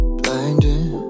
blinding